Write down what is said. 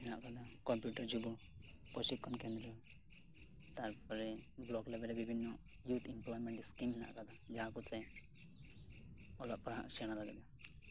ᱦᱮᱱᱟᱜ ᱟᱠᱟᱫᱟ ᱠᱚᱢᱯᱤᱭᱩᱴᱟᱨ ᱡᱩᱵᱚ ᱯᱨᱚᱥᱤᱠᱠᱷᱚᱱ ᱠᱮᱱᱫᱽᱨᱚ ᱛᱟᱨ ᱯᱚᱨᱮ ᱵᱞᱚᱠ ᱞᱮᱵᱮᱞ ᱨᱮ ᱵᱤᱵᱷᱤᱱᱱᱚ ᱤᱭᱩᱛᱷ ᱮᱢᱯᱞᱚᱭᱢᱮᱸᱴ ᱤᱥᱠᱤᱢ ᱦᱮᱱᱟᱜ ᱟᱠᱟᱫᱟ ᱡᱟᱦᱟᱸ ᱠᱚᱛᱮ ᱚᱞᱚᱜ ᱯᱟᱲᱦᱟᱜ ᱥᱮᱬᱟ ᱞᱟᱹᱜᱤᱫ